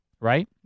right